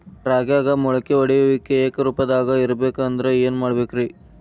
ರಾಗ್ಯಾಗ ಮೊಳಕೆ ಒಡೆಯುವಿಕೆ ಏಕರೂಪದಾಗ ಇರಬೇಕ ಅಂದ್ರ ಏನು ಮಾಡಬೇಕ್ರಿ?